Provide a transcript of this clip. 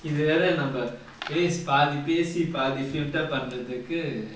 இது வேற நம்ம பேஸ்~ பாதி பேசி பாதி:ithu vera namma pes~ pathi pesi pathi filter பண்றதுக்கு:panrathukku